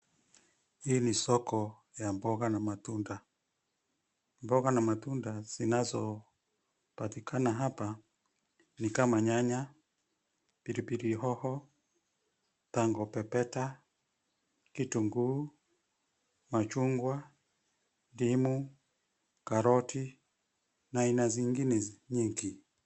Hii ni soko ya mboga na matunda. Mboga na matunda zinazopatikana hapa ni kama nyanya, pilipili hoho, tango pepeta, kitunguu, machungwa, ndimu, karoti na aina zingine nyingi.